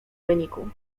wyniku